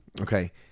Okay